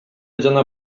жана